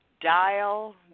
dial